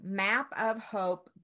mapofhope